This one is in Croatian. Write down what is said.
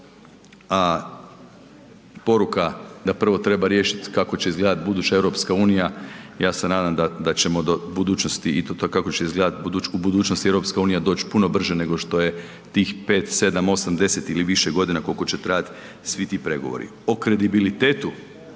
a poruka da prvo treba riješiti kako će izgledati buduća EU ja se nadam da ćemo do budućnosti i to kako će izgledati u budućnosti EU doći puno brže nego što je tih 5, 7, 8, 10 ili više godina koliko će trajat svi ti pregovori. O kredibilitetu